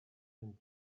and